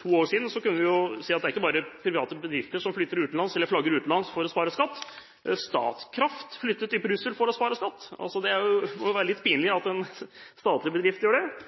to år siden kunne vi jo si at det ikke bare var private bedrifter som flagget utenlands for å spare skatt. Statkraft flyttet til Brussel for å spare skatt. Det må jo være litt pinlig at en statlig bedrift gjør det.